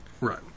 Right